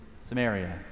Samaria